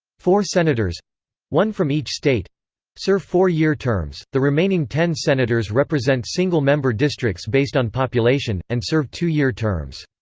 four senators one from each state serve four-year terms the remaining ten senators represent single-member districts based on population, and serve two-year terms.